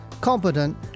competent